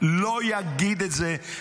לא אגיד את זה.